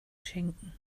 schenken